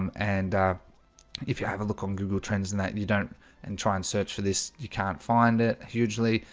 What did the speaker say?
um and if you have a look on google trends than that, you don't and try and search for this. you can't find it hugely,